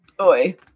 Oi